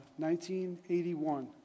1981